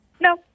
No